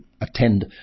attend